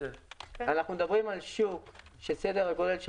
אנחנו מדברים על שוק שסדר הגודל של